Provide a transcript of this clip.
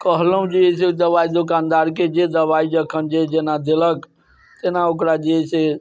कहलहुँ जे है से ओ दबाइ दोकानदारके जे दबाइ जखन जे जेना देलक तेना ओकरा जे है से